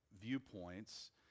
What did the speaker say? viewpoints